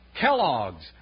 Kellogg's